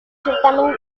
certamen